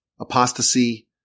apostasy